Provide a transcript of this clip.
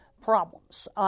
problems